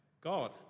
God